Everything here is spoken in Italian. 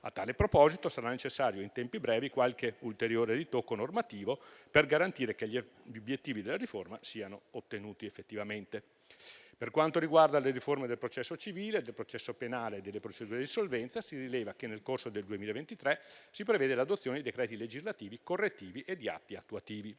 A tale proposito sarà necessario, in tempi brevi, qualche ulteriore ritocco normativo per garantire che gli obiettivi della riforma siano ottenuti effettivamente. Per quanto riguarda le riforme del processo civile, del processo penale e delle procedure d'insolvenza, si rileva che, nel corso del 2023, si prevede l'adozione di decreti legislativi correttivi e di atti attuativi.